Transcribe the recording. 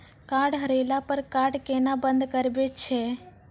Card हेरैला पर card केना बंद करबै छै?